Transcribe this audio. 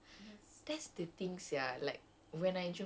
so it's like so meluat